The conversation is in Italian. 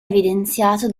evidenziato